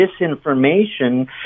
disinformation